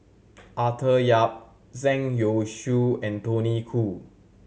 Arthur Yap Zhang Youshuo and Tony Khoo